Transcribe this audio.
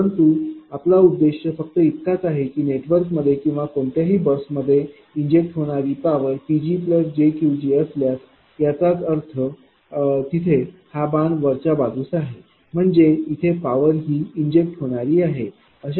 परंतु आपला उद्देश फक्त इतकाच आहे की नेटवर्कमध्ये किंवा कोणत्याही बसमध्ये इंजेक्ट होणारी पॉवर PgjQgअसल्यास याचाच अर्थ तिथे हा बाण वरच्या बाजूस आहे म्हणजेच इथे पॉवर ही इंजेक्ट होणारी आहे